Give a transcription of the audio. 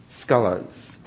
scholars